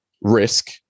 Risk